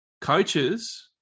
Coaches